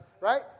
right